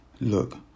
look